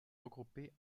regroupés